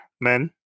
men